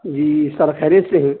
جی sir خیریت سے ہیں